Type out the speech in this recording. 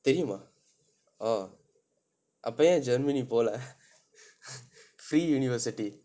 தெரியுமா:theriyumaa oh அப்போ ஏன்:appo aen germany போலை:polai free university